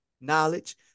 knowledge